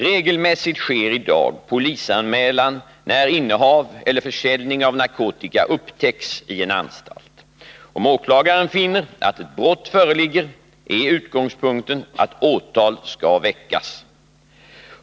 Regelmässigt sker i dag polisanmälan när innehav eller försäljning av narkotika upptäcks i en anstalt. Om åklagaren finner att ett brott föreligger är utgångspunkten att åtal skall väckas.